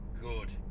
good